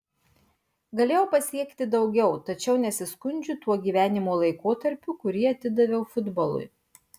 galėjau pasiekti daugiau tačiau nesiskundžiu tuo gyvenimo laikotarpiu kurį atidaviau futbolui